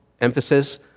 emphasis